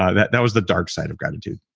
ah that that was the dark side of gratitude